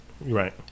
Right